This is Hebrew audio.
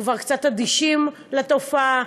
כבר קצת אדישים לתופעה.